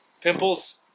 Pimples